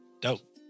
Dope